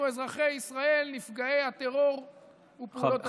אזרחי ישראל נפגעי הטרור ופעולות האיבה.